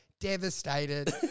devastated